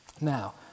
now